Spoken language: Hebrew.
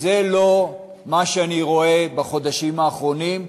זה לא מה שאני רואה בחודשים האחרונים,